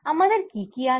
আমাদের কি কি আছে